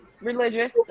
Religious